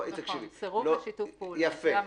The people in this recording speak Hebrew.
סירוב לשיתוף פעולה זה המתכונת.